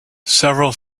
several